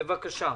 בבקשה.